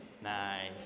Nice